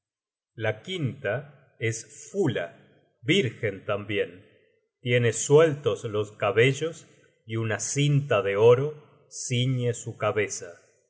la quinta es fula vírgen tambien tiene sueltos los cabellos y una cinta de oro ciñe su cabeza